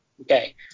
Okay